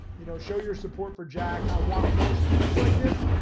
you know, show your support for jack. i want more students like this,